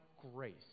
grace